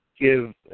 give